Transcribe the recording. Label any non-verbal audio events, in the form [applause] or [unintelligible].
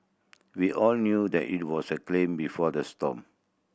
we all knew that it was the [unintelligible] before the storm